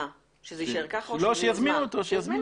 שיזמינו אותו.